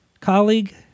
colleague